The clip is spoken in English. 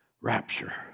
rapture